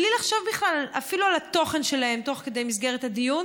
בלי לחשוב בכלל אפילו על התוכן שלהן תוך כדי הדיון,